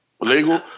Legal